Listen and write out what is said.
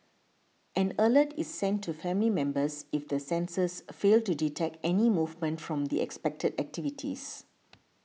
an alert is sent to family members if the sensors fail to detect any movement from the expected activities